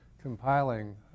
compiling